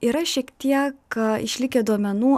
yra šiek tiek išlikę duomenų